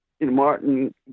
Martin